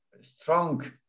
strong